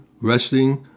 resting